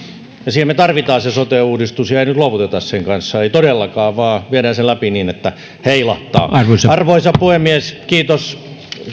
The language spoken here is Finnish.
siihen me tarvitsemme sote uudistuksen eikä nyt luovuteta sen kanssa ei todellakaan vaan viedään se läpi niin että heilahtaa arvoisa arvoisa puhemies kiitos